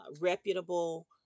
reputable